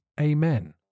Amen